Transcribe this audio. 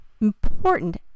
important